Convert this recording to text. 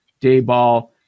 Dayball